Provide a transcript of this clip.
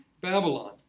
Babylon